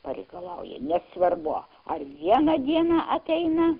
pareikalauja nesvarbu ar vieną dieną ateina